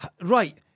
Right